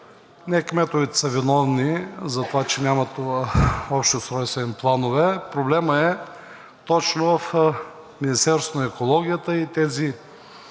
не кметовете са виновни затова, че нямат общи устройствени планове, проблемът е точно в Министерството на екологията и тези